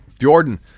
Jordan